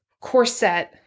corset